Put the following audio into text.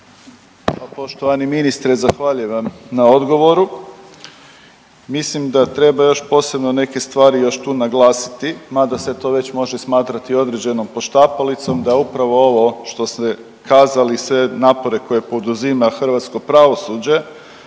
Poštovani ministre, zahvaljujem vam na odgovoru. Mislim da treba još posebno neke stvari još tu naglasiti, mada se to već može smatrati određenom poštapalicom, da upravo ovo što ste kazali, sve napore koje poduzima hrvatsko pravosuđe